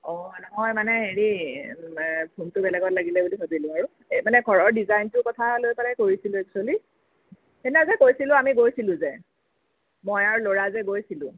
অঁ নহয় মানে হেৰি ফোনটো বেলেগত লাগিলে বুলি ভাবিলোঁ আৰু মানে ঘৰৰ ডিজাইনটো কথা লৈ পেলাই কৰিছিলোঁ একচুৱেলী সেইদিনা যে কৈছিলোঁ আমি গৈছিলোঁ যে মই আৰু ল'ৰা যে গৈছিলোঁ